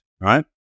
right